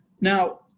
Now